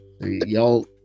y'all